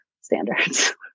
standards